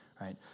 right